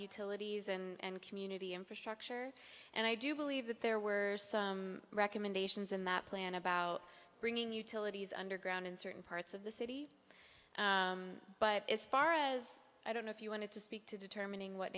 utilities and community infrastructure and i do believe that there were some recommendations in that plan about bringing utilities underground in certain parts of the city but as far as i don't know if you wanted to speak to determining what